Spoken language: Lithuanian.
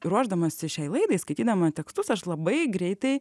ruošdamasi šiai laidai skaitydama tekstus aš labai greitai